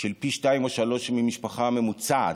של פי שניים או שלושה ממשפחה ממוצעת.